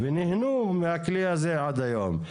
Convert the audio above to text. ונהנו מהכלי הזה עד היום.